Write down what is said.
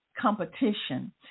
competition